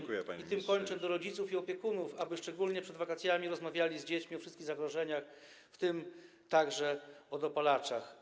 apeluję, i na tym zakończę, do rodziców i opiekunów, aby szczególnie przed wakacjami rozmawiali z dziećmi o wszystkich zagrożeniach, w tym także o dopalaczach.